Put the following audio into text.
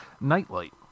Nightlight